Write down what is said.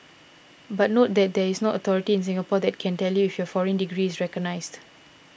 but note that there is no authority in Singapore that can tell you if your foreign degree is recognised